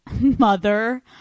mother